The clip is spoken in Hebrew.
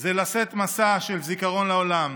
אני מקווה ומאחל לעצמנו שנשמור על עצמנו